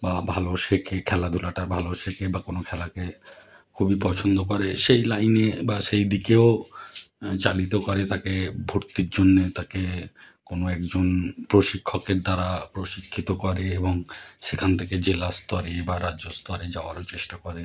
বা ভালো শেখে খেলাধুলাটা ভালো শেখে বা কোনো খেলাকে খুবই পছন্দ করে সেই লাইনে বা সেই দিকেও চালিত করে তাকে ভর্তির জন্যে তাকে কোনো একজন প্রশিক্ষকের দ্বারা প্রশিক্ষিত করে এবং সেখান থেকে জেলা স্তরে বা রাজ্য স্তরে যাওয়ারও চেষ্টা করে